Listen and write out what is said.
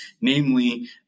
namely